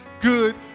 good